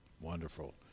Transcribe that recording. Wonderful